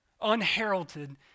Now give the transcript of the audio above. unheralded